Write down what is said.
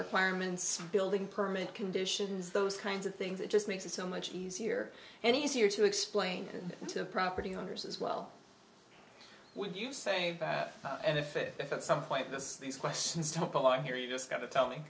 requirements building permit conditions those kinds of things it just makes it so much easier and easier to explain to property owners as well would you say that and if it if at some point this these questions talk all i hear you just got to tell me